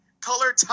Color